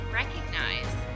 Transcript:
recognize